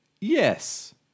Yes